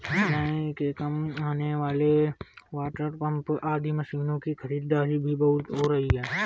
सिंचाई के काम आने वाले वाटरपम्प आदि मशीनों की खरीदारी भी बहुत हो रही है